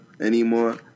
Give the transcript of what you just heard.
anymore